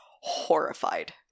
horrified